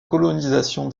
colonisation